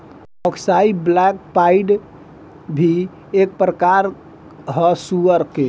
अक्साई black pied भी एक प्रकार ह सुअर के